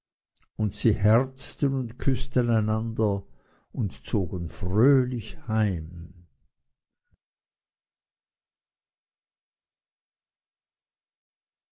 und sie herzten und küßten einander und zogen fröhlich heim